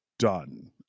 Done